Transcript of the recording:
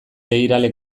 begirale